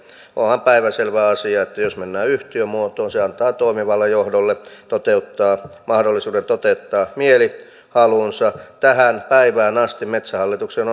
onhan päivänselvä asia että jos mennään yhtiömuotoon se antaa toimivalle johdolle mahdollisuuden toteuttaa mielihalunsa tähän päivään asti metsähallituksen